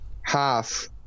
half